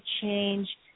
change